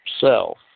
self